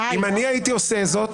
אם אני הייתי עושה את זה,